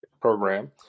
program